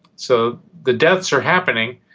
so the deaths are happening,